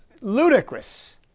ludicrous